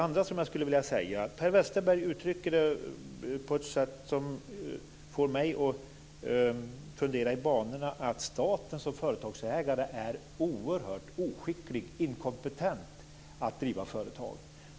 Per Westerberg uttrycker sig på ett sätt som får mig att fundera i banorna att staten som företagsägare är oerhört oskicklig och inkompetent att driva företag.